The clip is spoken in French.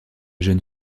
jeune